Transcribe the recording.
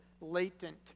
latent